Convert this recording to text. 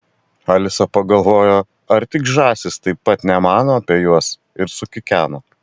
alisa pagalvojo ar tik žąsys taip pat nemano apie juos ir sukikeno